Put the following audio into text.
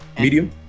Medium